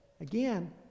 again